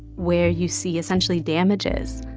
where you see, essentially, damages